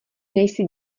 nejsi